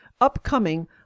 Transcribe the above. upcoming